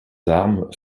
armes